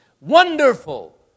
Wonderful